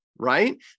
right